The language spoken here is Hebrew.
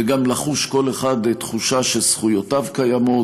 וגם לחוש כל אחד תחושה שזכויותיו קיימות